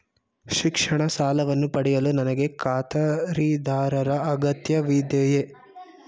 ಶಿಕ್ಷಣ ಸಾಲವನ್ನು ಪಡೆಯಲು ನನಗೆ ಖಾತರಿದಾರರ ಅಗತ್ಯವಿದೆಯೇ?